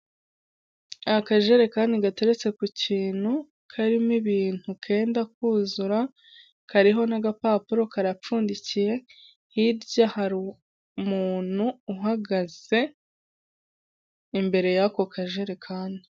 Akajerekani gateretse ku kintu karimo ibintu kenda kuzura kariho n'agapapuro karapfundikiye, hirya hari umuntu uhagaze imbere y'ako kajerekani.